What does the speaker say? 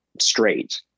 straight